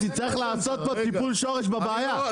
כי תצטרך לעשות פה טיפול שורש בבעיה.